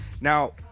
Now